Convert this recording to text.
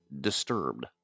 disturbed